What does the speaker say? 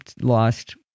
lost